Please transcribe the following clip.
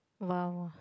!wow!